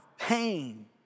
pain